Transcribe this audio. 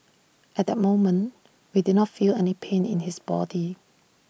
at that moment we did not feel any pain in his body